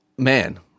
Man